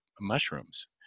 mushrooms